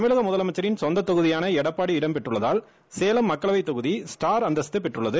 தமிழக முதலமைச்சரின் சொந்தத் தொகுதியான எடப்பாடி இடம்பெற்றுள்ளதால் சேலம் மக்க ளவைத் தொகுதி ஸ்டார் அந்தஸ்து பெற்றுள்ளது